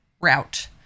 route